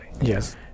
Yes